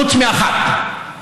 חוץ מאחת,